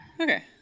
Okay